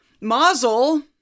Mazel